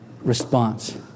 response